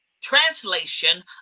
translation